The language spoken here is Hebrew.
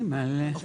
אמאל'ה.